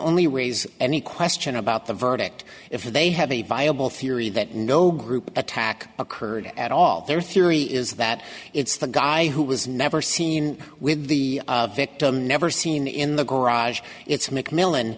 only raise any question about the verdict if they have a viable theory that no group attack occurred at all their theory is that it's the guy who was never seen with the victim never seen in the garage it's mcmillan